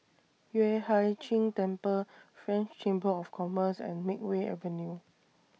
Yueh Hai Ching Temple French Chamber of Commerce and Makeway Avenue